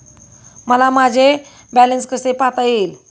मला माझे बॅलन्स कसे पाहता येईल?